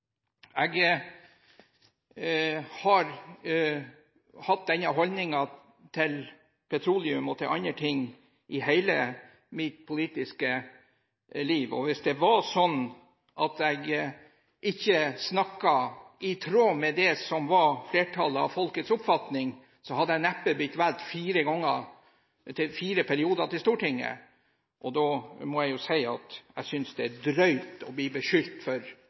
Jeg har hatt denne holdningen til petroleum og til andre ting i hele mitt politiske liv, og hvis det var sånn at jeg ikke snakket i tråd med det som var flertallet av folkets oppfatning, så hadde jeg neppe blitt valgt til Stortinget fire perioder. Da må jeg si jeg synes det er drøyt å bli beskyldt for